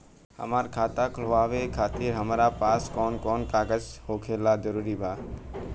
हमार खाता खोलवावे खातिर हमरा पास कऊन कऊन कागज होखल जरूरी बा?